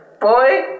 boy